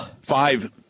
five